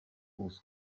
was